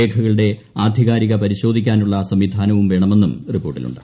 രേഖകളുടെ ആധികാരികത പരിശോധിക്കാനുള്ള സംവിധാനം വേണമെന്നും റിപ്പോർട്ടിലുണ്ട്